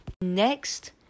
Next